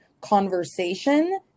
conversation